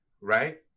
right